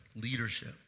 leadership